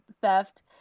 theft